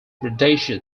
rhodesia